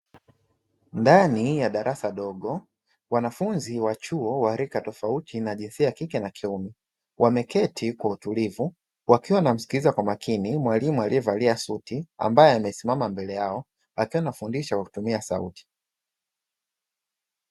Ndani ya darasa dogo, wanafunzi wa chuo wa rika tofauti na jinsia ya kike na kiume. Wameketi kwa utulivu wakiwa wanamsikiliza kwa makini mwalimu aliyevalia suti, ambaye amesimama mbele yao, akiwa anafundisha kwa kutumia sauti.